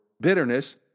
bitterness